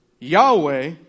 Yahweh